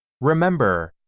remember